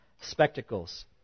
spectacles